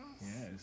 Yes